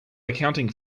accounting